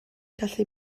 gallu